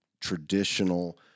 traditional